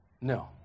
No